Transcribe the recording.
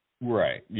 right